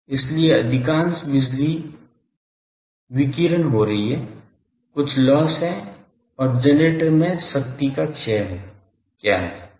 इसलिए अधिकांश बिजली विकीर्ण हो रही है कुछ लॉस है और जनरेटर में शक्ति का क्षय क्या है